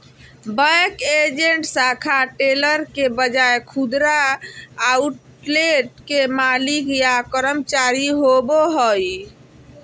bank agent शाखा teller के बजाय खुदरा आउटलेट के मालिक या कर्मचारी होवो हइ